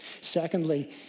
Secondly